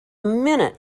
minute